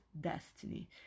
destiny